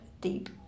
deep